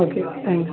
okay thank you